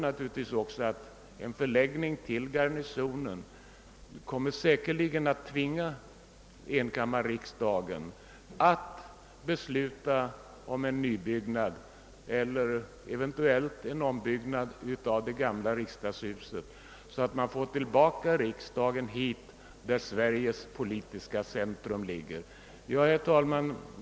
En förläggning av riksdagen till kvarteret Garnisonen kommer dessutom säkerligen att tvinga enkammarriksdagen att besluta om en nybyggnad eller eventuellt en ombyggnad av det gamla riksdagshuset, vilket kan innebära att vi återigen får vår riksdag förlagd hit till Helgeandsholmen, där Sveriges politiska centrum ligger. Herr talman!